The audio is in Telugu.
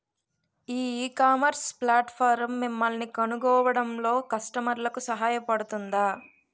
ఈ ఇకామర్స్ ప్లాట్ఫారమ్ మిమ్మల్ని కనుగొనడంలో కస్టమర్లకు సహాయపడుతుందా?